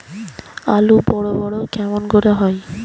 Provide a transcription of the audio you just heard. আলু বড় বড় কেমন করে হয়?